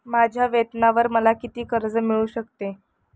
माझ्या वेतनावर मला किती कर्ज मिळू शकते?